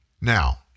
Now